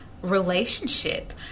relationship